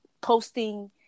posting